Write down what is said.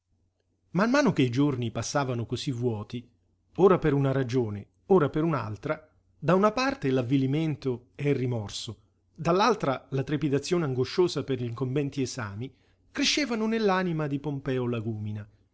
man mano che i giorni passavano cosí vuoti ora per una ragione ora per un'altra da una parte l'avvilimento e il rimorso dall'altra la trepidazione angosciosa per gl'incombenti esami crescevano nell'anima di pompeo lagúmina